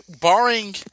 barring